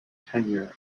tenure